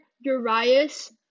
Urias